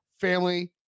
family